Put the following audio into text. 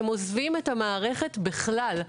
הם עוזבים את המערכת בכלל.